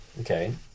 Okay